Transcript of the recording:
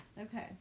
Okay